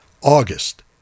August